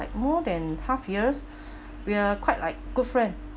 like more than half years we are quite like good friend